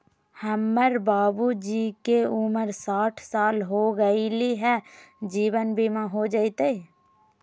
हमर बाबूजी के उमर साठ साल हो गैलई ह, जीवन बीमा हो जैतई?